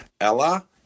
Ella